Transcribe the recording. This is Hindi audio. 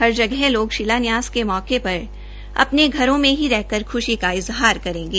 हर जगह लोग शिलान्यास के मौके पर अपने घरों मं ही रहकर खुशी का इजहार करेंगे